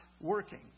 working